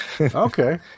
Okay